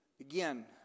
Again